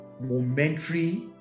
momentary